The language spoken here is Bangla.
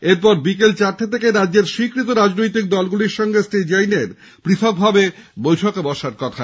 এরপর বিকেল চারটে থেকে রাজ্যের স্বীকৃত রাজনৈতিক দলগুলির সঙ্গে শ্রী জৈনের পথকভাবে বৈঠকে বসার কথা